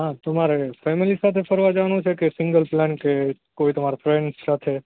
હા તમારે ફેમિલી સાથે ફરવા જવાનું છે કે સિંગલ પ્લાન કે કોય તમારા ફ્રેન્ડ સાથે